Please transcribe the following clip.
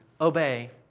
obey